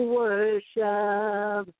worship